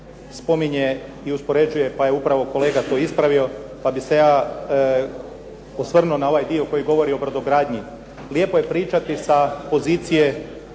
spominje i uspoređuje pa je upravo kolega to ispravio pa bih se ja osvrnuo na ovaj dio koji govori o brodogradnji. Lijepo je pričati sa pozicije